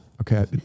okay